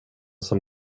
som